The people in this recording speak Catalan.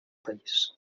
país